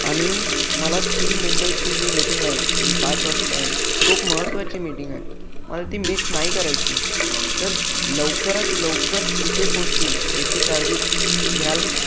आणि मला ती मुंबईची जी मीटिंग आहे जी पाच वाजता आहे खूप महत्त्वाची मीटिंग आहे मला ती मिस नाही करायची आहे तर लवकरात लवकर तिथे पोचीन याची काळजी घ्याल का